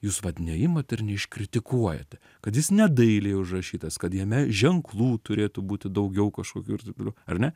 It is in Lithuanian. jūs vat neimat ir neiškritikuojate kad jis ne dailiai užrašytas kad jame ženklų turėtų būti daugiau kažkokių ir taip toliau ar ne